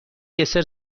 دسر